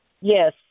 Yes